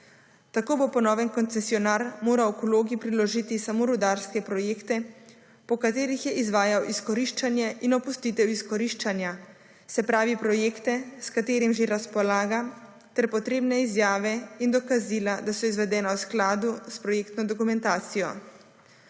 Tako bo po novem koncesionar moral k vlogi priložiti samo rudarske projekte, po katerih je izvajal izkoriščanje in opustitev izkoriščanja, se pravi projekte s katerimi že razpolaga ter potrebne izjave in dokazila, da so izvedena v skladu s projektno dokumentacijo.